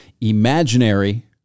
imaginary